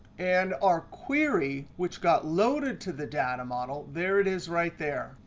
and our query, which got loaded to the data model there it is right there.